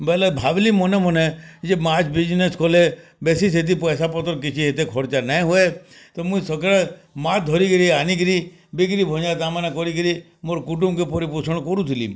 ବେଲେ ଭାବିଲି ମନେ ମନେ ଏ ମାଛ୍ ବିଜିନେସ୍ କଲେ ବେଶୀ ସେଇଠି ପଇସା ପତ୍ର କିଛି ଏତେ ଖର୍ଚ୍ଚ ନାଇ ହୁଏ ତ ମୁଁ ସକାଳେ ମାଛ୍ ଧରି କିରି ଆଣି କିରି ବିକ୍ରି ଗାଁମାନଙ୍କରେ କରିକି ମୋର କୁଟୁମ୍ବକୁ ପରିପୋଷଣ କରୁଥିଲି